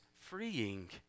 freeing